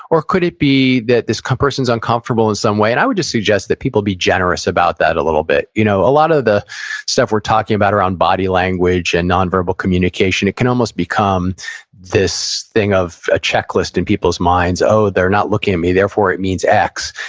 or, could it be that this person's uncomfortable in some way. and i would just suggest that people be generous about that a little bit. you know a lot of the stuff we're talking about around body language and nonverbal communication, it can almost become this thing of a checklist in people's minds, oh, they're not looking at me, therefore, it means x.